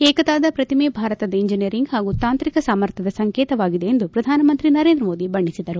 ಏಕತಾದ ಪ್ರತಿಮೆ ಭಾರತದ ಇಂಜಿನಿಯರಿಂಗ್ ಪಾಗೂ ತಾಂತ್ರಿಕ ಸಾಮರ್ಥ್ಯದ ಸಂಕೇತವಾಗಿದೆ ಎಂದು ಪ್ರಧಾನಮಂತ್ರಿ ನರೇಂದ್ರ ಮೋದಿ ಬಣ್ಣಿಸಿದರು